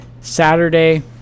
Saturday